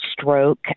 stroke